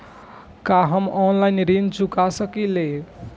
का हम ऑनलाइन ऋण चुका सके ली?